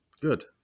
Good